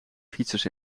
fietsers